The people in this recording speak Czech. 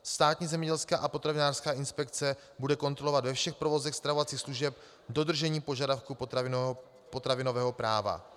Státní zemědělská a potravinářská inspekce bude kontrolovat ve všech provozech stravovacích služeb dodržení požadavku potravinového práva.